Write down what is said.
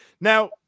Now